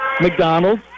McDonald